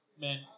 man